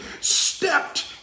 stepped